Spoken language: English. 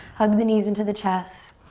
hug the knees into the chest.